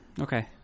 Okay